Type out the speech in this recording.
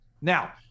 now